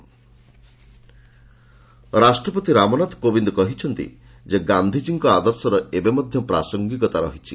ପ୍ରେଜ୍ ଗାନ୍ଧିଜୀ ରାଷ୍ଟ୍ରପତି ରାମନାଥ କୋବିନ୍ଦ କହିଛନ୍ତି ଯେ ଗାନ୍ଧିକୀଙ୍କ ଆଦର୍ଶର ଏବେ ମଧ୍ୟ ପ୍ରାସଙ୍ଗିକତା ରହିଛି